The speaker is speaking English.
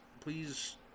please